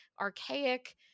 archaic